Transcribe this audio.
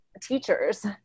teachers